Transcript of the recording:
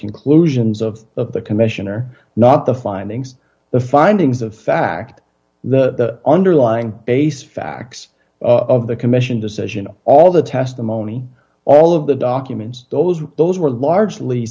conclusions of of the commissioner not the findings the findings of fact the underlying basis facts of the commission decision all the testimony all of the documents those those were largely